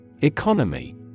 Economy